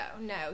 No